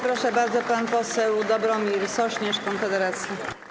Proszę bardzo, pan poseł Dobromir Sośnierz, Konfederacja.